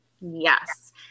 Yes